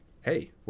hey